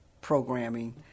programming